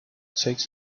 takes